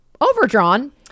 overdrawn